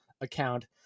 account